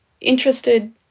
interested